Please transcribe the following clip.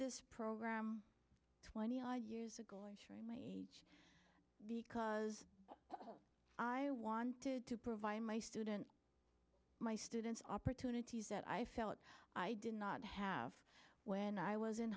this program twenty odd years ago the cuz i wanted to provide my student my students opportunities that i felt i did not have when i was in